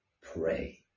pray